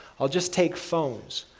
i'll just take phones.